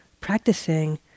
practicing